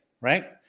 right